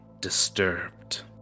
disturbed